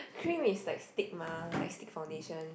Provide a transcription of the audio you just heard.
cream is like stick mah like stick foundation